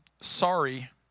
sorry